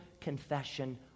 confession